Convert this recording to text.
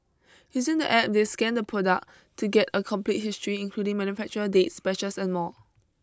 using the App they scan the product to get a complete history including manufacturer dates batches and more